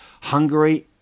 Hungary